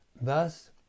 Thus